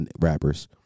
rappers